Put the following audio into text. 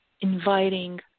inviting